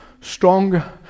stronger